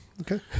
Okay